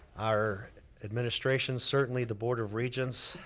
our administration, certainly the board of regents,